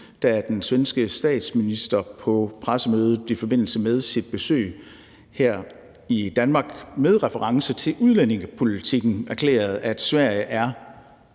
da den svenske statsminister på pressemødet i forbindelse med sit besøg her i Danmark med reference til udlændingepolitikken erklærede, at Sverige er